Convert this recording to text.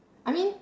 I mean